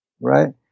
right